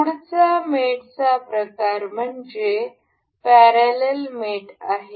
पुढचा मेटचा प्रकार म्हणजे पॅरलल मेट आहे